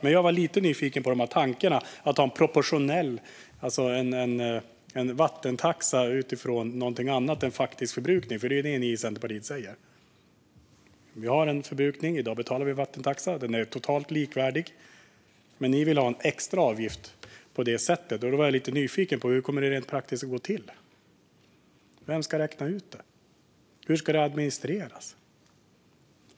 Men nu är jag lite nyfiken på tankarna om att ha en vattentaxa utifrån något annat än faktisk förbrukning. Det är ju det ni i Centerpartiet pratar om. Vi har en förbrukning, och i dag har vi en vattentaxa som är totalt likvärdig. Men ni vill ha en extra avgift. Då är jag lite nyfiken på hur detta rent praktiskt kommer att gå till. Vem ska räkna ut detta? Hur ska det administreras?